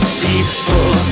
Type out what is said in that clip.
peaceful